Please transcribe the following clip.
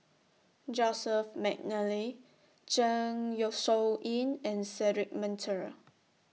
Joseph Mcnally Zeng Shouyin and Cedric Monteiro